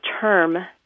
term